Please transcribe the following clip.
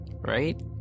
right